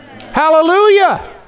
Hallelujah